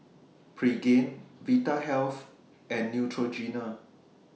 Pregain Vitahealth and Neutrogena